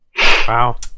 Wow